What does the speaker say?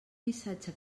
missatge